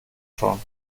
schon